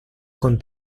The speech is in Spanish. con